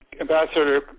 Ambassador